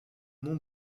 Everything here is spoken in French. nom